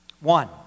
One